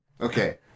Okay